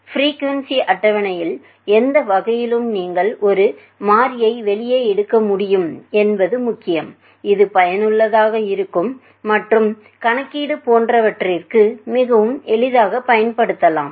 பிரீகுவெண்சீஅட்டவணையின் எந்த வகையிலும் நீங்கள் ஒரு மாறியை வெளியே எடுக்க முடியும் என்பது முக்கியம் இது பயனுள்ளதாக இருக்கும் மற்றும் கணக்கீடு போன்றவற்றுக்கு மிகவும் எளிதாகப் பயன்படுத்தப்படலாம்